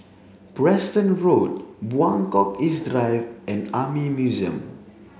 Preston Road Buangkok East Drive and Army Museum